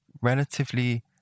relatively